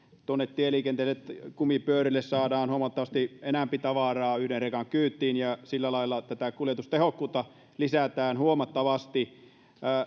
tuonne tieliikenteeseen saadaan kumipyörille huomattavasti enempi tavaraa yhden rekan kyytiin ja sillä lailla tätä kuljetustehokkuutta lisätään huomattavasti